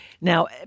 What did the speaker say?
Now